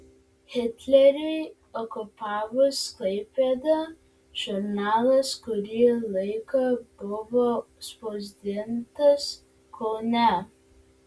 hitleriui okupavus klaipėdą žurnalas kurį laiką buvo spausdintas kaune